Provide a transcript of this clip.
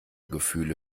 gefühle